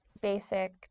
basic